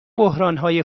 بحرانهای